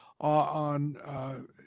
on